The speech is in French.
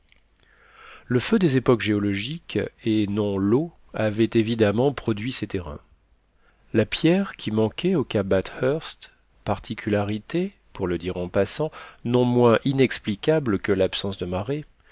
le feu des époques géologiques et non l'eau avait évidemment produit ces terrains la pierre qui manquait au cap bathurst particularité pour le dire en passant non moins inexplicable que l'absence de marées